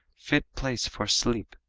fit place for sleep,